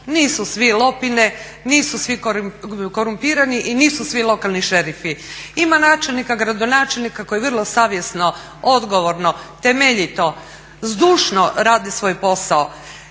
Nisu svi lopine, nisu svi korumpirani i nisu svi lokalni šerifi. Ima načelnika, gradonačelnika koji vrlo savjesno, odgovorno, temeljito, zdušno rade svoj posao